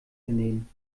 vernehmen